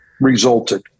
resulted